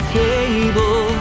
table